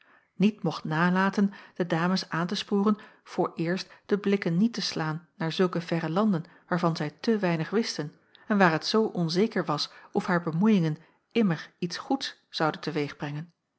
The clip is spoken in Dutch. niet mocht nalaten de dames aan te sporen vooreerst de blikken niet te slaan naar zulke verre landen waarvan zij te weinig wisten en waar het zoo onzeker was of haar bemoeiingen immer iets goeds zouden